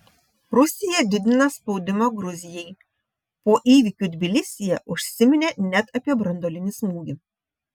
rusija didina spaudimą gruzijai po įvykių tbilisyje užsiminė net apie branduolinį smūgį